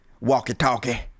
walkie-talkie